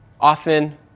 Often